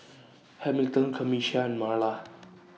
Hamilton Camisha and Marla